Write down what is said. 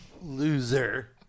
Loser